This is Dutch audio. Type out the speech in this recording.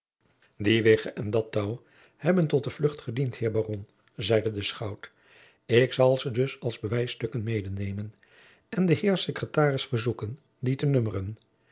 die wigge en dat touw hebben tot de vlucht gediend heer baron zeide de schout ik zal ze dus als bewijsstukken medenemen en den heer secretaris verzoeken die te